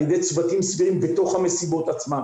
על ידי צוותים בתוך המסיבות עצמן,